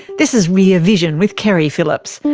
this is rear vision with keri phillips.